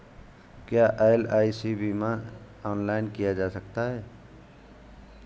क्या एल.आई.सी बीमा ऑनलाइन किया जा सकता है?